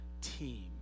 team